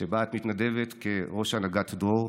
שבה את מתנדבת כראש הנהגת "דרור"